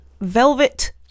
Velvet